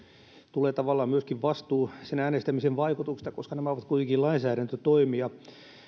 tulee tavallaan myöskin vastuu sen äänestämisen vaikutuksista koska nämä ovat kuitenkin lainsäädäntötoimia